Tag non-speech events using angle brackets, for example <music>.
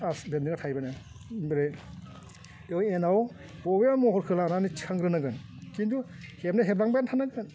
<unintelligible> लेरनाया थाहैबायना ओमफ्राय ओइ एनआव बबे महरखौ लानानै थिखांग्रोनांगोन खिन्थु हेबनाया हेब्लांबायानो थानांगोन